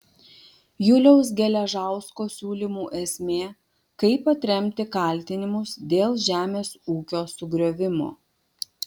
juliaus geležausko siūlymų esmė kaip atremti kaltinimus dėl žemės ūkio sugriovimo